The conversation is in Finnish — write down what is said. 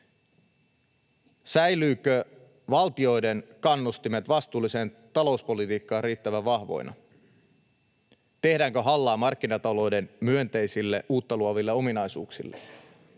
Säilyvätkö valtioiden kannustimet vastuulliseen talouspolitiikkaan riittävän vahvoina? Tehdäänkö hallaa markkinata-louden myönteisille uutta luoville ominaisuuksille